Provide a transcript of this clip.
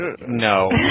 No